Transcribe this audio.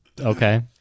Okay